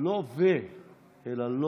אפילו לא מדייק, אבל בסדר.